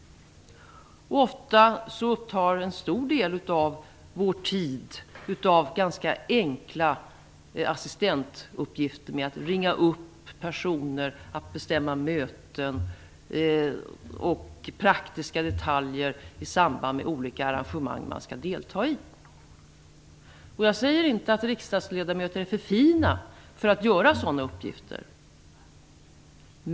Oftast upptas en stor del av vår tid av ganska enkla assistentuppgifter som att ringa upp personer, att bestämma möten och praktiska detaljer i samband med olika arrangemang man skall delta i. Jag säger inte att riksdagsledamöter är för fina för att göra sådana uppgifter.